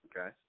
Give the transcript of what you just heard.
okay